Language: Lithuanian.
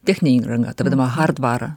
techninę įrangą tą vadinamą hardvarą